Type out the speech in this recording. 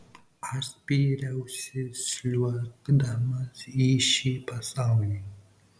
aš spyriausi sliuogdamas į šį pasaulį